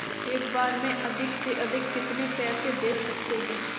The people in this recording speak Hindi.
एक बार में अधिक से अधिक कितने पैसे भेज सकते हैं?